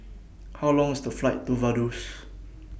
How Long IS The Flight to Vaduz